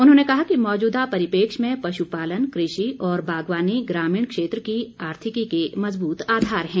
उन्होंने कहा कि मौजूदा परिपेक्ष्य में पशुपालन कृषि और बागवानी ग्रामीण क्षेत्र की आर्थिकी के मजबूत आधार हैं